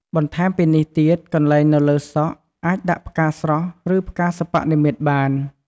បន្តែមពីនេះទៀតកន្លែងនៅលើសក់អាចដាក់ផ្កាស្រស់ឬផ្កាសិប្បនិម្មិតបាន។